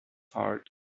heart